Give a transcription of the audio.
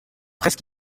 presque